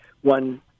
one